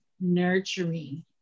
nurturing